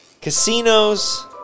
Casinos